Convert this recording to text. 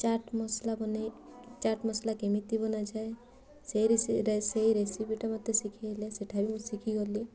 ଚାଟ୍ ମସଲା ବନେଇ ଚାଟ୍ ମସଲା କେମିତି ବନାଯାଏ ସେଇ ସେଇ ରେସିପିଟା ମୋତେ ଶିଖାଇଲେ ସେଇଟା ବି ମୁଁ ଶିଖିଗଲି